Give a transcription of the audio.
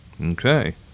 Okay